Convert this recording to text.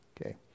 Okay